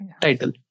title